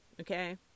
okay